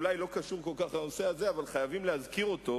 והוא אולי לא קשור כל כך לנושא הזה אבל חייבים להזכיר אותו,